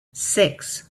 six